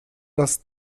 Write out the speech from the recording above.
das